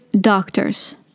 doctors